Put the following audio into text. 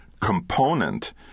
component